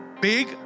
big